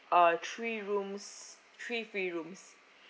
uh three rooms three free rooms